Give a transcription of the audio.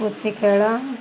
ପୁଚିଖେଳ